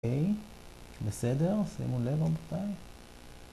אוקיי, בסדר? שימו לב רבותיי.